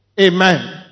Amen